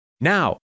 Now